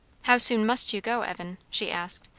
how soon must you go, evan? she asked,